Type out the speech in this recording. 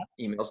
emails